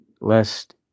lest